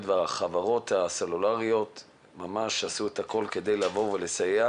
והחברות הסלולריות עשו הכול כדי לסייע.